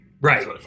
Right